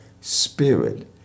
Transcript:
spirit